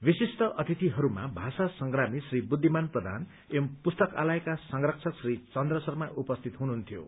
विशिष्ठ अतिथिहरूमा भाषा संग्रामी श्री बुद्धिमान प्रधान एवं पुस्तकालयका संरक्षक श्री चन्द्र शर्मा उपस्थित हुनुहुन्थ्यो